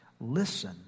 Listen